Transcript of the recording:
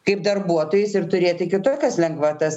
kaip darbuotojais ir turėti kitokias lengvatas